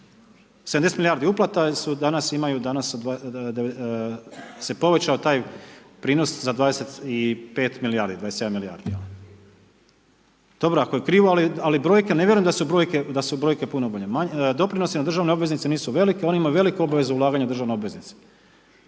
70 milijardi uplata danas imaju se povećao taj prinos za 25 milijardi, 27 milijardi. Dobro ako je krivo, ali ne vjerujem da su brojke puno bolje. Doprinosi na državne obveznice nisu velike, oni imaju veliku obavezu ulaganja u državne obveznice,